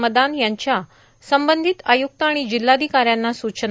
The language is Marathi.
मदान यांच्या संबंधित आयूक्त आणि जिल्हाधिकाऱ्यांना सूचना